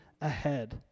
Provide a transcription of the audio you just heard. ahead